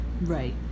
Right